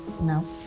No